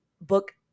book